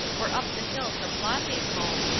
or up the hill to flossy's home,